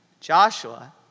Joshua